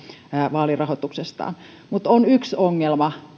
vaalirahoituksestaan mutta on yksi ongelma